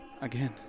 Again